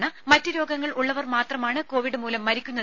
ത മറ്റു രോഗങ്ങൾ ഉള്ളവർ മാത്രമാണ് കോവിഡ്മൂലം മരിക്കുന്നത്